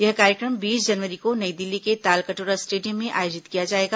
यह कार्यक्रम बीस जनवरी को नई दिल्ली के तालकटोरा स्टेडियम में आयोजित किया जाएगा